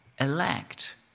elect